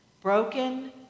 broken